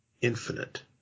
infinite